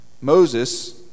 Moses